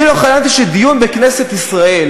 אני לא חלמתי שיהיה בכלל דיון בכנסת ישראל